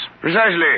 Precisely